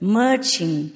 merging